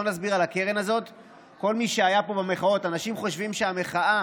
בואו נסביר על הקרן: אנשים חושבים שהמחאה